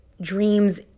dreams